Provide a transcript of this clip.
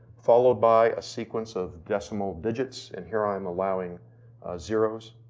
followed by a sequence of decimal digits, and here i'm allowing zeros,